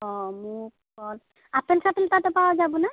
অ' মগু ফল আপেল চাপেল তাতে পোৱা যাবনে